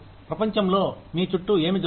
ప్రపంచంలో మీ చుట్టూ ఏమి జరుగుతోంది